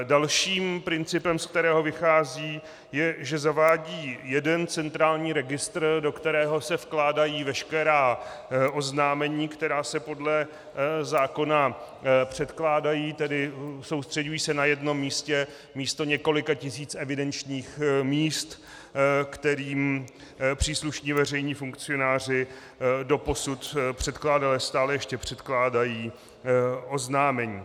Dalším principem, ze kterého vychází, je, že zavádí jeden centrální registr, do kterého se vkládají veškerá oznámení, která se podle zákona předkládají, tedy soustřeďují se na jenom místě místo několika tisíc evidenčních míst, kterým příslušní veřejní funkcionáři doposud předkládali a stále ještě předkládají oznámení.